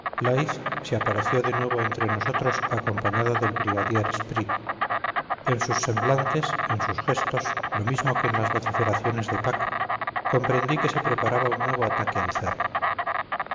se apareció de nuevo entre nosotros acompañado del brigadier spry en sus semblantes en sus gestos lo mismo que en las vociferaciones de pack comprendí que se preparaba un nuevo ataque al cerro